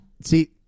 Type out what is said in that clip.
See